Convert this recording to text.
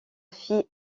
fille